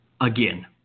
again